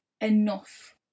enough